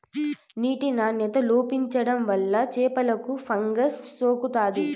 నీటి నాణ్యత లోపించడం వల్ల చేపలకు ఫంగస్ సోకుతాది